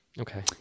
Okay